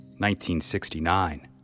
1969